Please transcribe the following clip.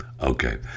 okay